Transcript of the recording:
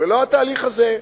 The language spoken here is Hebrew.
ולא התהליך הזה.